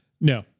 No